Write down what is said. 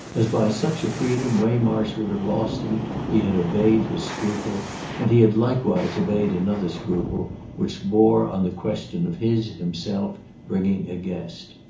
as by such a freedom waymarsh would have lost him he had obeyed his scruple and he had likewise obeyed another scruple which bore on the question of his himself bringing a guest.